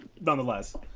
nonetheless